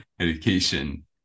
education